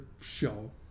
show